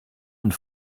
und